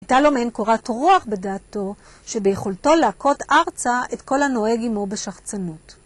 הייתה לו מעין קורת רוח בדעתו שביכולתו לעקוד ארצה את כל הנוהגים הוא בשחצנות.